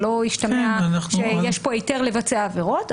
שלא ישתמע שיש פה היתר לבצע עבירות,